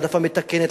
העדפה מתקנת,